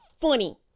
funny